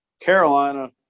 Carolina